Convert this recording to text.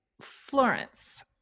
Florence